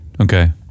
Okay